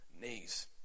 knees